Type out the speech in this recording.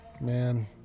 Man